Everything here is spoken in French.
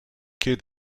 quai